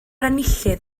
enillydd